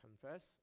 confess